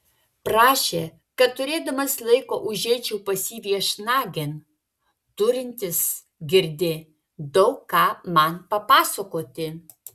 prašė kad turėdamas laiko užeičiau pas jį viešnagėn turintis girdi daug ką man papasakoti